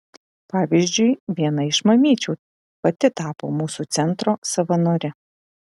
pavyzdžiui viena iš mamyčių pati tapo mūsų centro savanore